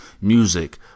music